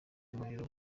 umuriro